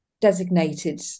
designated